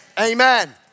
Amen